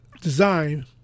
design